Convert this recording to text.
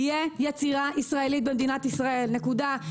תהיה יצירה ישראלית במדינת ישראל, נקודה.